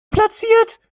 platziert